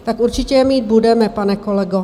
Tak určitě je mít budeme, pane kolego.